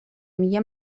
میگه